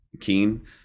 keen